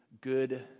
good